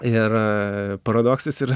ir paradoksas yra